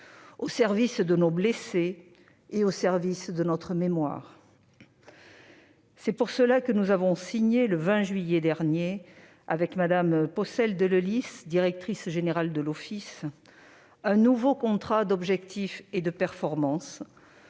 au service de nos blessés et au service de notre mémoire. C'est pour cela que nous avons signé, le 20 juillet dernier, avec Mme Peaucelle-Delelis, directrice générale de l'Office, un nouveau contrat d'objectifs et de performance